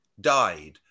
died